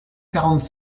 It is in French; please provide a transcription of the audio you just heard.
quarante